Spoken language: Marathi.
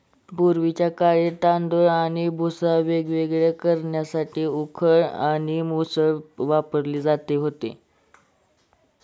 पूर्वीच्या काळी तांदूळ आणि भुसा वेगवेगळे करण्यासाठी उखळ आणि मुसळ वापरले जात होते